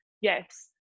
yes